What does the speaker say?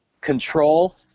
control